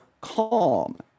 calm